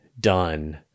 done